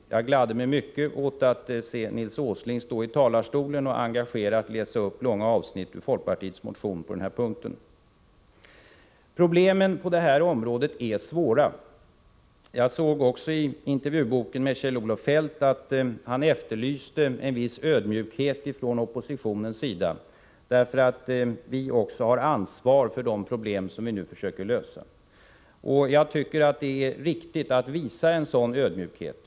Jag gladde mig mycket när Nils Åsling stod i talarstolen och engagerat läste upp långa avsnitt ur folkpartiets motion på den här punkten. Problemen på det här området är svåra. Jag såg också i Kjell-Olof Feldts intervjubok att han efterlyste en viss ödmjukhet från oppositionen, eftersom också vi har ansvar för de problem som vi nu försöker att lösa. Jag tycker att det är riktigt att visa en sådan ödmjukhet.